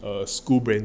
err school branding